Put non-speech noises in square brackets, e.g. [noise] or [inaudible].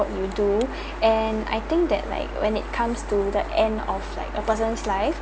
you do [breath] and I think that like when it comes to the end of like a person's life